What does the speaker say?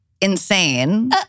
insane